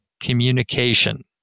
communication